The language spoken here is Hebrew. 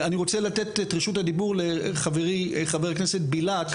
אני רוצה לתת את רשות הדיבור לחברי ח"כ בליאק,